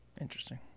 interesting